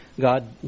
God